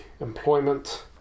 employment